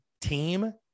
team